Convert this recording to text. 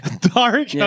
Dark